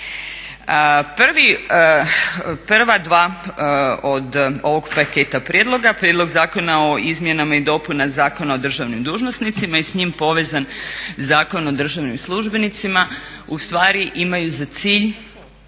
Prva dva od ovog paketa prijedloga, prijedlog zakona o izmjenama i dopunama Zakona o državnim dužnosnicima i s njim povezan Zakon o državnim službenicima ustvari imaju za cilj